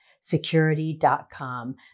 security.com